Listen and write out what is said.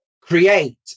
create